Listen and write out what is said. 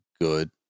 good